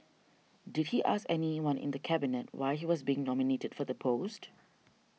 did he ask anyone in Cabinet why he was being nominated for the post